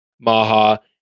Maha